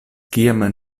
kiam